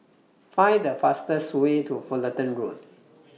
Find The fastest Way to Fullerton Road